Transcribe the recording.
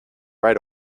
right